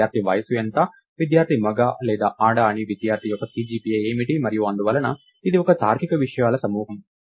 విద్యార్థి వయస్సు ఎంత విద్యార్థి మగ లేదా ఆడ మరియు విద్యార్థి యొక్క CGPA ఏమిటి మరియు అందువలన ఇది ఒక తార్కిక విషయాల సమూహం